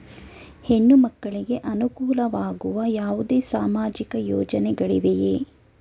ಹೆಣ್ಣು ಮಕ್ಕಳಿಗೆ ಅನುಕೂಲವಾಗುವ ಯಾವುದೇ ಸಾಮಾಜಿಕ ಯೋಜನೆಗಳಿವೆಯೇ?